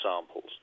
samples